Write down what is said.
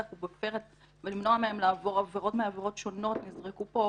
ובפרץ ולמנוע מהם לעבור עבירות שונות; נזרקו פה